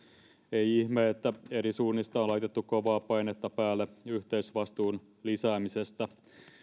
ei ihme että eri suunnista on laitettu kovaa painetta päälle yhteisvastuun lisäämisestä